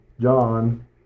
John